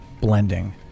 blending